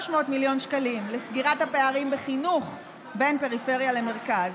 300 מיליון שקלים לסגירת הפערים בחינוך בין פריפריה למרכז,